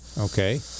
Okay